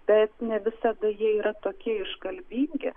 tai ne visada jie yra tokie iškalbingi